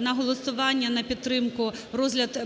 на голосування, на підтримку,